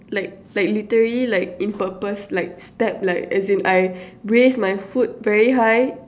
like like literally like in purpose like step like as in I raise my foot very high